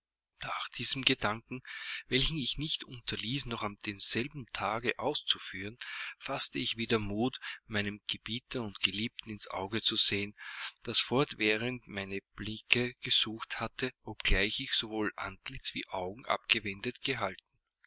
nach diesem gedanken welchen ich nicht unterließ noch an demselben tage auszuführen faßte ich wieder den mut meinem gebieter und geliebten ins auge zu sehen das fortwährend meine blicke gesucht hatte obgleich ich sowohl antlitz wie augen abgewendet gehalten